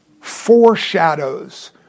foreshadows